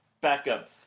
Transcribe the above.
backup